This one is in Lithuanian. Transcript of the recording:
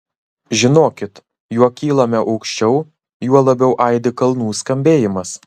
žinokit juo kylame aukščiau juo labiau aidi kalnų skambėjimas